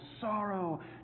sorrow